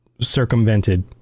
circumvented